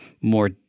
more